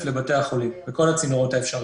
לבתי החולים בכל הצינורות האפשריים.